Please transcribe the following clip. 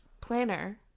planner